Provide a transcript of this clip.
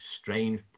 strange